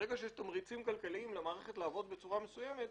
ברגע שיש תמריצים כלכליים למערכת לעבוד בצורה מסודרת,